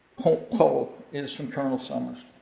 pole pole is from colonel summers.